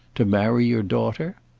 to marry your daughter?